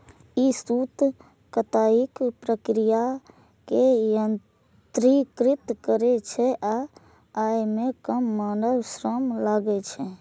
ई सूत कताइक प्रक्रिया कें यत्रीकृत करै छै आ अय मे कम मानव श्रम लागै छै